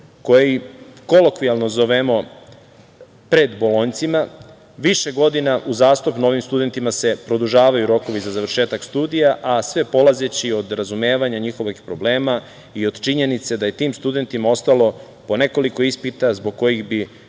koji kolokvijalno zovemo „predbolonjcima“. Više godina uzastopno ovim studentima se produžavaju rokovi za završetak studija, a sve polazeći od razumevanja njihovih problema i od činjenice da je tim studentima ostalo po nekoliko ispita zbog kojih bi